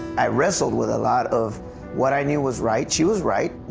i wrestled with a lot of what i knew was right she was right,